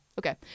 okay